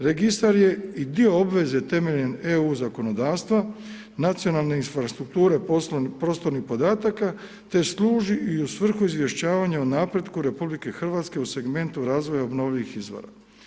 Registar je i dio obveze temeljem EU zakonodavstva, nacionalne infrastrukture prostornih podataka te služi i u svrhu izvještavanja o napretku RH u segmentu razvoja obnovljivih izvora.